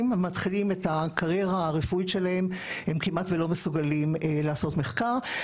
ומתחילים את הקריירה הרפואית שלהם הם כמעט ולא מסוגלים לעשות מחקר.